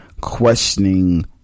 questioning